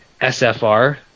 SFR